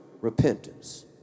repentance